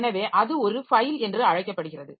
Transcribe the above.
எனவே அது ஒரு ஃபைல் என்று அழைக்கப்படுகிறது